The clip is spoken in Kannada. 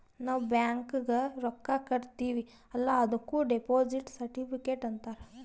ನಾವ್ ಬ್ಯಾಂಕ್ಗ ರೊಕ್ಕಾ ಕಟ್ಟಿರ್ತಿವಿ ಅಲ್ಲ ಅದುಕ್ ಡೆಪೋಸಿಟ್ ಸರ್ಟಿಫಿಕೇಟ್ ಅಂತಾರ್